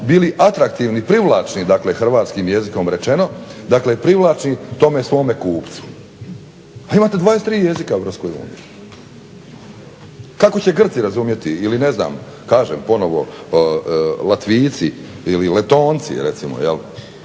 bili atraktivni, privlačni dakle hrvatskim jezikom rečeno. Dakle, privlačni tome svome kupcu. A imate 23 jezika u Europskoj uniji. Kako će Grci razumjeti ili ne znam, kažem ponovno Latvijci ili Letonci recimo je